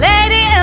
Lady